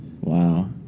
Wow